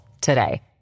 today